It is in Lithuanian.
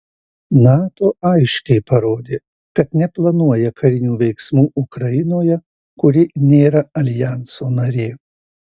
nato aiškiai parodė kad neplanuoja karinių veiksmų ukrainoje kuri nėra aljanso narė